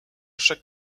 chaque